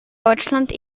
deutschland